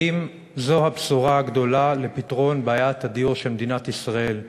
האם זו הבשורה הגדולה לפתרון בעיית הדיור של מדינת ישראל?